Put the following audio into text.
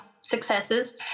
successes